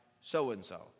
so-and-so